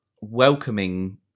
welcoming